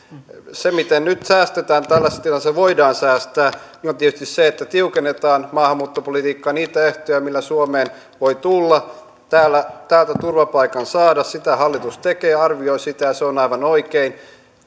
se miten nyt tällaisessa tilanteessa voidaan säästää on tietysti se että tiukennetaan maahanmuuttopolitiikkaa niitä ehtoja millä suomeen voi tulla täältä turvapaikan saada sitä hallitus tekee arvioi sitä ja se on aivan oikein